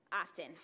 often